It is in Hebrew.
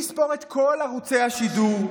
בלי לספור את כל ערוצי השידור,